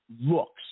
looks